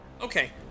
Okay